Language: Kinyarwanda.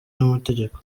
n’amategeko